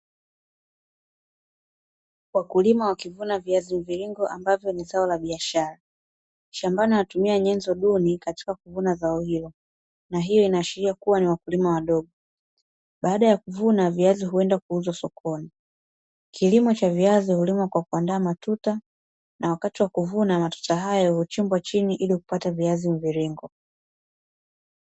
Wakulima wakivuna viazi mviringo ambavyo ni zao la biashara. Shambani wanatumia nyenzo duni katika kuvuna zao hilo. Na hii inaashiria kuwa ni wakulima wadogo. Baada ya kuvuna viazi huenda kuuzwa sokoni. Kilimo cha viazi hulimwa kwa kuandaa matuta, na wakati wa kuvuna matuta hayo huchimbwa chini ili kupata viazi mviringo.